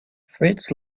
fritz